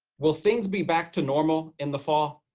will things be back to normal in the fall?